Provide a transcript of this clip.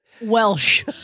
Welsh